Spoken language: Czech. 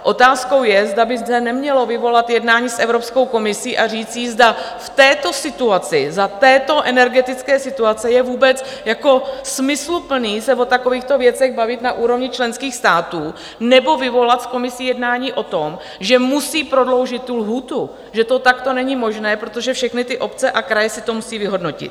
Otázkou je, zda by se nemělo vyvolat jednání s Evropskou komisí a říct jí, zda v této situaci, za této energetické situace je vůbec smysluplné se o takovýchto věcech bavit na úrovni členských států, nebo vyvolat s Komisí jednání o tom, že musí prodloužit tu lhůtu, že to takto není možné, protože všechny obce a kraje si to musí vyhodnotit.